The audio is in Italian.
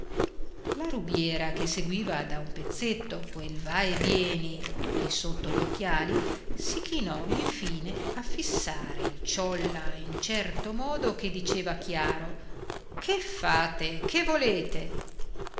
la rubiera che seguiva da un pezzetto quel va e vieni di sotto gli occhiali si chinò infine a fissare il ciolla in certo modo che diceva chiaro che fate e che volete